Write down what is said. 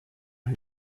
und